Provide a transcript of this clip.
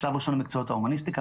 שלב ראשון במקצועות ההומניסטיקה,